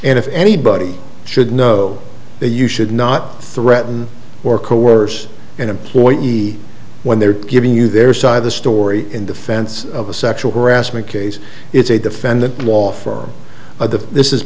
and if anybody should know that you should not threaten or coerce an employee when they're giving you their side of the story in defense of a sexual harassment case it's a defendant law firm or the this is